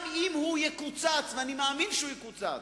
גם אם הוא יקוצץ, ואני מאמין שהוא יקוצץ,